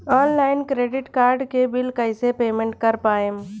Online credit card के bill कइसे payment कर पाएम?